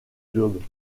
globe